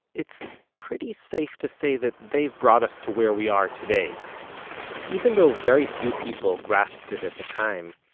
it's pretty safe to say that they've brought us to where we are today even though very few people grasped it at the time,